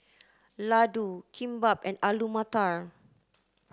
Ladoo Kimbap and Alu Matar